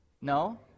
no